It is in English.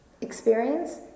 experience